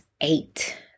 eight